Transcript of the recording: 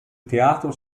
teatro